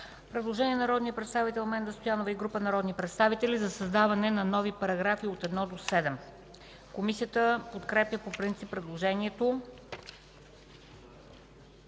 Предложение на народния представител Менда Стоянова и група народни представители за създаване на нови § 1 – 7. Комисията подкрепя по принцип предложението.